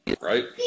right